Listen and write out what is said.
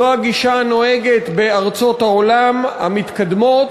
זו הגישה הנוהגת בארצות העולם המתקדמות